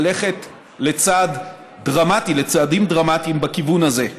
ללכת לצעד דרמטי, לצעדים דרמטיים בכיוון הזה.